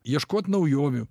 ieškot naujovių